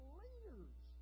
leaders